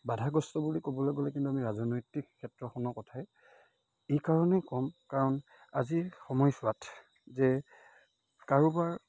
বাধাগ্ৰস্ত বুলি ক'বলৈ গ'লে কিন্তু আমি ৰাজনৈতিক ক্ষেত্ৰখনৰ কথাই এই কাৰণেই ক'ম কাৰণ আজিৰ সময়ছোৱাত যে কাৰোবাৰ